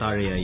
താഴെയായി